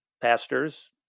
pastors